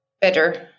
better